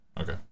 Okay